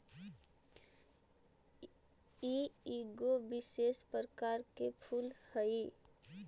ई एगो विशेष प्रकार के फूल हई